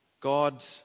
God